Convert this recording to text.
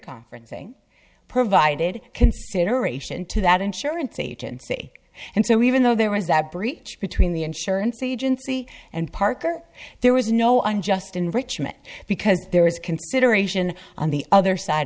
conferencing provided consideration to that insurance agency and so even though there was a breach between the insurance agency and parker there was no unjust enrichment because there was consideration on the other side